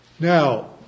Now